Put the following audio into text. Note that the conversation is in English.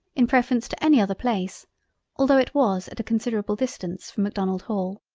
in preference to any other place although it was at a considerable distance from macdonald-hall.